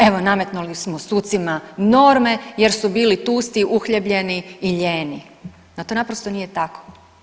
Evo nametnuli smo sucima norme jer su bili tusti, uhljebljeni i lijeni, a to naprosto nije tako.